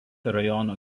rajono